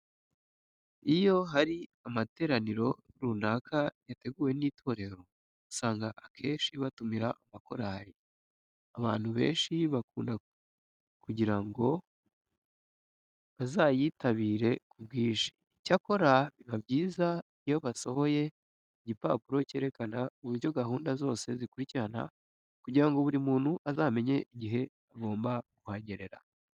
Iyo hari amateraniro runaka yateguwe n'itorero usanga akenshi batumira amakorari abantu benshi bakunda kugira ngo bazayitabire ku bwinshi. Icyakora biba byiza iyo basohoye igipapuro cyerekana uburyo gahunda zose zizakurikirana kugira ngo buri muntu azamenye igihe agomba kuhagerera.